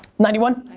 ninety one?